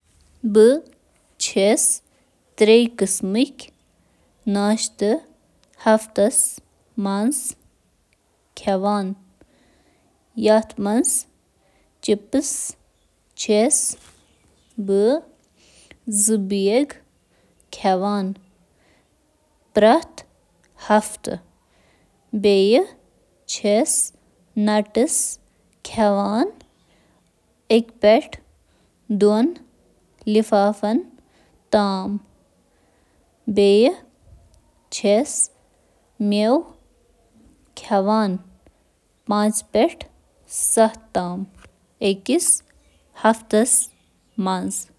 غذٲیی مٲہِر چھِ ترٛٮ۪ن متوازن کھٮ۪نَن علاوٕ دۄہَس 1-3 ناشتہٕ کھٮ۪نُک مشورٕ دِوان۔ سنیکس کٮ۪ن کینٛہہ مِثالَن منٛز چھِ سٹرنگ پنیر شٲمِل۔ خۄشٕک میوٕ۔ Granola bar. پورٕ اناج پٹاخہٕ۔ Trail mix graham cracker. Baby گاجر۔ Chips. Popcorn. Fruit stick.